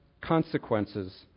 consequences